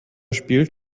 spielt